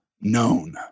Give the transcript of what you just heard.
known